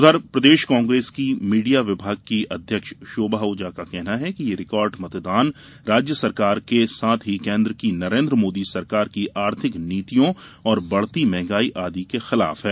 उधर प्रदेश कांग्रेस की मीडिया विभाग की अध्यक्ष शोभा ओझा का कहना है कि यह रिकार्ड मतदान राज्य सरकार के साथ ही केंद्र की नरेंद्र मोदी सरकार की आर्थिक नीतियों और बढ़ती महंगाई आदि के खिलाफ है